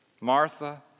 Martha